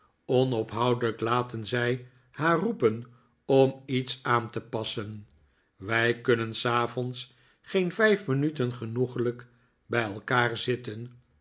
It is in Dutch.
onophoudelijk laten zij haar roepen om iets aan te passen wij kunnen s avonds geen vijf minuten genoeglijk bij elkaar zitten